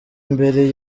mbere